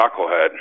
knucklehead